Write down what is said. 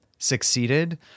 succeeded